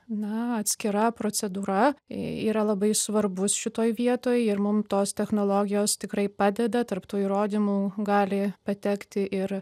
na atskira procedūra yra labai svarbus šitoj vietoj ir mum tos technologijos tikrai padeda tarp tų įrodymų gali patekti ir